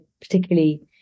particularly